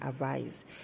arise